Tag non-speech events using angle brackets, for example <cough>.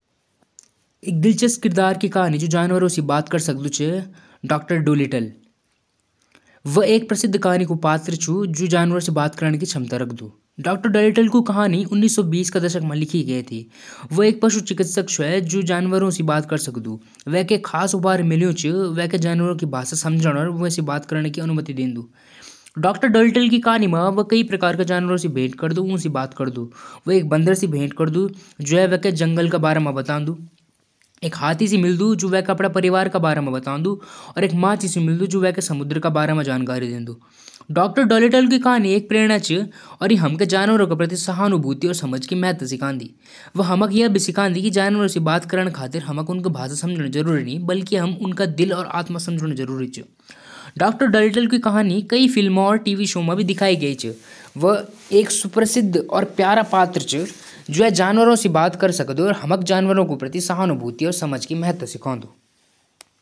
मानवता ऊंचे पहाड़क क्षेत्र म शरण ल्यु। पानी क ऊपर तैरकु घर और नाव बणादु। खाने क लिए जल खेती और मछली पालन शुरू करदु। प्रकृति स तालमेल बणाक जीण सिखदु। तकनीक और विज्ञान क उपयोग करदु त जीवन सरल होलु। <noise>